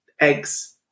eggs